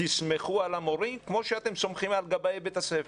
תסמכו על המורים כמו שאתם סומכים על גבאי בית הכנסת.